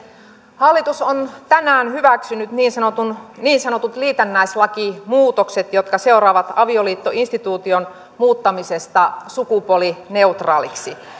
hallitus on tänään hyväksynyt niin sanotut niin sanotut liitännäislakimuutokset jotka seuraavat avioliittoinstituution muuttamisesta sukupuolineutraaliksi